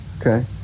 okay